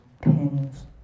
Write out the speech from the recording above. pins